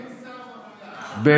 אין שר במליאה.